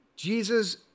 Jesus